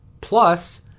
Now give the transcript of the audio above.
Plus